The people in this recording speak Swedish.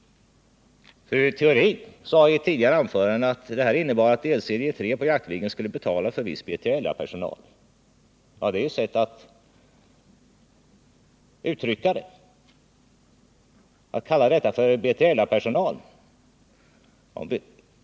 Fru Theorin sade i ett tidigare anförande att det här innebär att delserie 3 på Jaktviggen skulle betala för en viss B3LA-personal. Ja, det är ett sätt att uttrycka det, att kalla detta för BILA-personal.